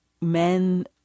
men